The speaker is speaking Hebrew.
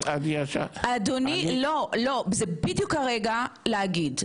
אדוני, זה בדיוק הרגע להגיד.